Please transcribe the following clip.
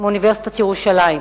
מאוניברסיטת ירושלים,